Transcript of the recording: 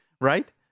Right